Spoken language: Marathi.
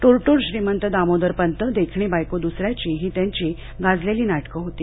दूरदूर श्रीमंत दामोदरपंत देखणी बायको दुसऱ्याची हि त्यांची गाजलेली नाटकं होती